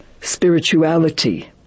spirituality